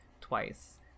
twice